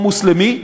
או מוסלמי,